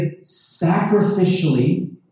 sacrificially